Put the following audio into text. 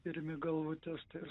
pirmi galvutes ir